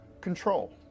control